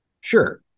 Sure